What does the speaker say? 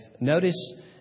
Notice